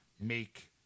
make